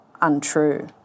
untrue